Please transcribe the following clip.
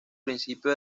principio